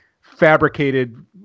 fabricated